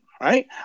right